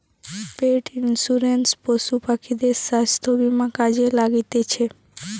পেট insurance পশু পাখিদের স্বাস্থ্য বীমা কাজে লাগতিছে